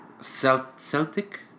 Celtic